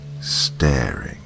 staring